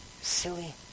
Silly